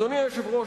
אדוני היושב-ראש,